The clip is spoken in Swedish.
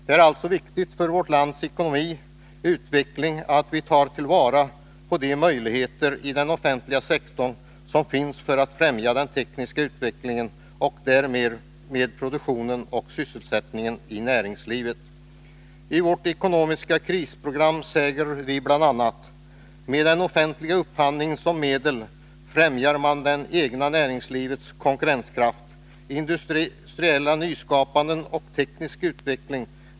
Det är alltså viktigt för vårt lands ekonomiska utveckling att vi tar till vara de möjligheter som finns i den offentliga sektorn för att främja den tekniska utvecklingen och därmed produktionen och sysselsättningen i näringslivet. I vårt ekonomiska krisprogram säger vi bl.a.: ”Med den offentliga upphandlingen som medel främjar man det egna näringslivets konkurrenskraft, industriella nyskapande och tekniska utveckling.